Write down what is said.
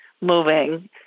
moving